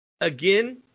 Again